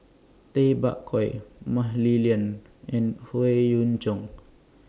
Tay Bak Koi Mah Li Lian and Howe Yoon Chong